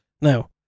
Now